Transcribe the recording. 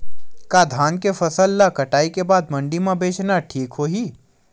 का धान के फसल ल कटाई के बाद मंडी म बेचना ठीक होही?